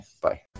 bye